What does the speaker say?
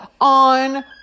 on